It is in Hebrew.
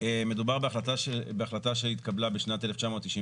מדובר בהחלטה שהתקבלה בשנת 1999,